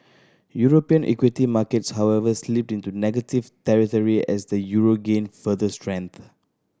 European equity markets however slipped into negative territory as the euro gained further strength